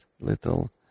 little